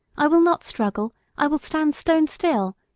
i will not struggle i will stand stone still.